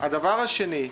החלק השני,